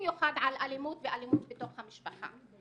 במיוחד על אלימות ואלימות בתוך המשפחה.